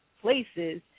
places